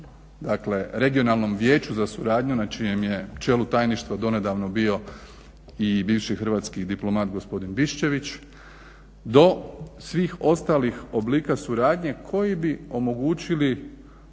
o regionalnom vijeću za suradnju na čijem je čelu tajništva donedavno bio i bivši hrvatski diplomat gospodin Bišćević do svih ostalih oblika suradnje koji bi omogućili